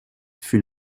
fut